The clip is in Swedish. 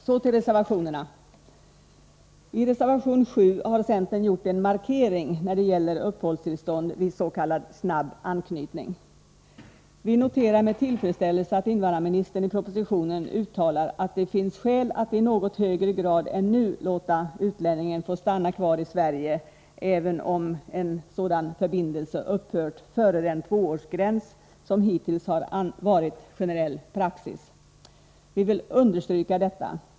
Så till reservationerna. I reservation 7 har centern gjort en markering när det gäller uppehållstillstånd vid s.k. snabb anknytning. Vi noterar med tillfredsställelse att invandrarministern i propositionen uttalar att det finns skäl att i något högre grad än nu låta utlänningen få stanna kvar i Sverige även om en sådan här förbindelse upphört före den tvåårsgräns som hittills har varit generell praxis. Vi vill understryka detta.